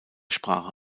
sprache